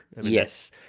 Yes